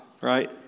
right